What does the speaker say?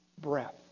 breath